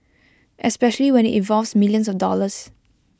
especially when IT involves millions of dollars